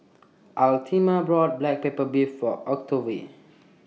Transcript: bought Black Pepper Beef For Octavie